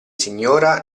signora